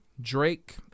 Drake